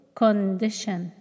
condition